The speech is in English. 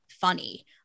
funny